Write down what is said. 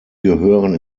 gehören